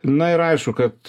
na ir aišku kad